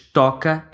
toca